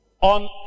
on